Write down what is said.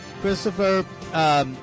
Christopher